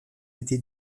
été